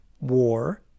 war